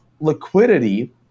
liquidity